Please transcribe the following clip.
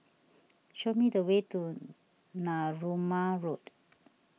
show me the way to Narooma Road